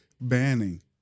banning